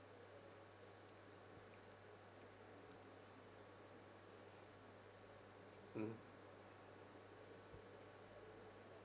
mm